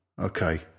Okay